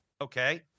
okay